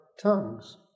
tongues